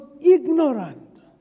ignorant